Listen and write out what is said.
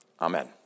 Amen